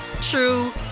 true